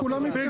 כולם יפתחו.